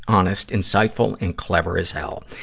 honest, insightful, and clever as hell.